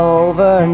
over